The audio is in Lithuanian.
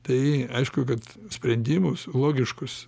tai aišku kad sprendimus logiškus